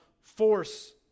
force